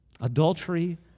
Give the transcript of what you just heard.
Adultery